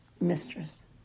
Mistress